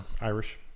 Irish